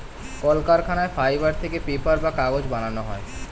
কলকারখানায় ফাইবার থেকে পেপার বা কাগজ বানানো হয়